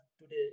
today